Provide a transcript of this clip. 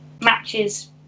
matches